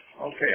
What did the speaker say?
Okay